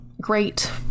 great